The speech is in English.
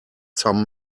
some